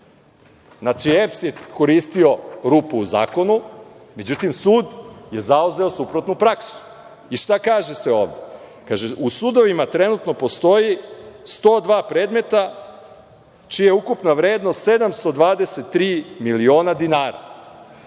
Znači, EPS je koristio rupu u zakonu, međutim sud je zauzeo suprotnu praksu i šta kaže sve ovo? Kaže – u sudovima trenutno postoji 102 predmeta čija je ukupna vrednost 723 miliona dinara.